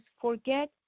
forget